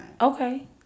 okay